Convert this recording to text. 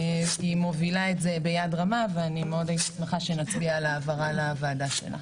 היא מובילה את זה ביד רמה ומאוד הייתי שמחה שנצביע על העברה לוועדה שלה.